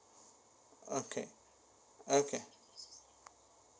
okay okay